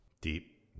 Deep